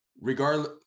regardless